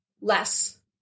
less